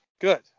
good